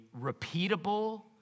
repeatable